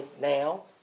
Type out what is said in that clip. now